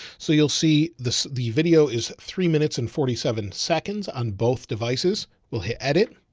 so you'll see the, the video is three minutes and forty seven seconds on both devices. we'll hit, edit,